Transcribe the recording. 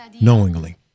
knowingly